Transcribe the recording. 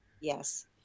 yes